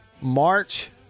March